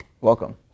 Welcome